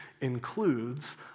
includes